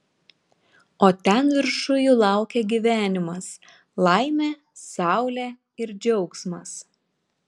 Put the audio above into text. o ten viršuj jų laukia gyvenimas laimė saulė ir džiaugsmas